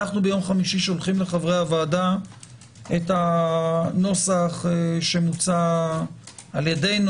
אנחנו ביום חמישי שולחים לחברי הוועדה את הנוסח שמוצע על-ידינו,